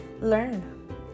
learn